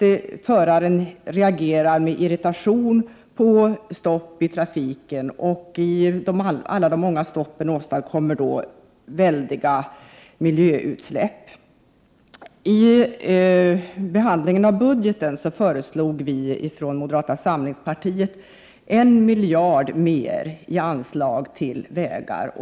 Föraren reagerar med irritation vid stopp i trafiken. Alla de många stoppen åstadkommer väldiga avgasutsläpp. I behandlingen av budgeten föreslog vi från moderata samlingspartiet 1 miljard mer i anslag till vägar.